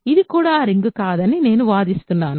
ఇది కూడా రింగ్ కాదని నేను వాదిస్తున్నాను